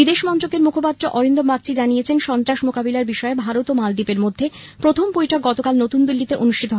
বিদেশ মন্ত্রকের মুখপাত্র অরিন্দম বাগচী জানিয়েছেন সন্ত্রাস মোকাবিলার বিষয়ে ভারত ও মালদ্বীপের মধ্যে প্রথম বৈঠক গতকাল নতুন দিল্লিতে অনুষ্ঠিত হয়